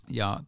ja